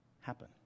happen